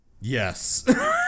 Yes